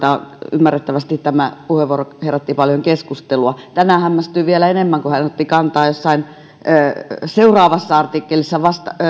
ymmärrettävästi tämä puheenvuoro herätti paljon keskustelua tänään hämmästyin vielä enemmän kun hän otti kantaa seuraavassa artikkelissa